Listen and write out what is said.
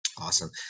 awesome